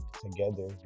Together